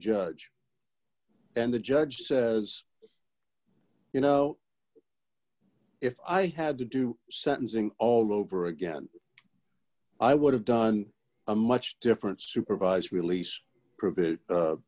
judge and the judge as you know if i had to do sentencing all over again i would have done a much different supervised release